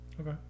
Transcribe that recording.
Okay